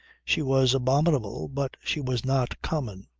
she was abominable but she was not common.